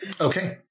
Okay